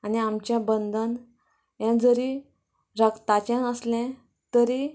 आनी आमचें बंदन यें जरी रक्ताचें नासलें तरी